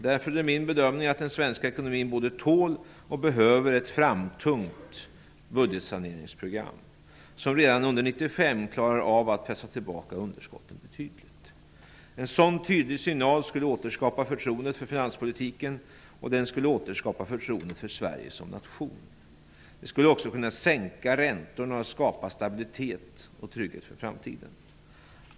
Därför är det min bedömning att den svenska ekonomin både tål och behöver ett framtungt budgetsaneringsprogram som redan under 1995 klarar av att pressa tillbaka underskottet tydligt. En sådan tydlig signal skulle återskapa förtroendet för finanspolitiken, och den skulle återskapa förtroendet för Sverige som nation. Den skulle också kunna sänka räntorna och skapa stabilitet och trygghet för framtiden.